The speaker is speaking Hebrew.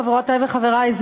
חברותי וחברי,